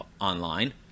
online